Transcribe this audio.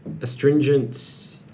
Astringent